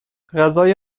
غذای